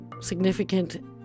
significant